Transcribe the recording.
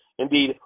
Indeed